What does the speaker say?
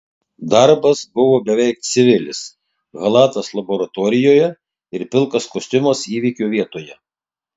darbas buvo beveik civilis chalatas laboratorijoje ir pilkas kostiumas įvykio vietoje